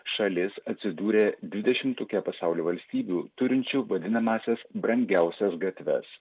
šalis atsidūrė dvidešimtuke pasaulio valstybių turinčių vadinamąsias brangiausias gatves